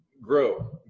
grow